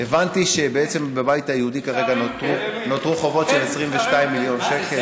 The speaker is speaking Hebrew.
הבנתי שבעצם בבית היהודי כרגע נותרו, לצערנו, כן.